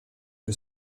que